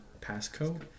passcode